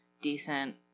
decent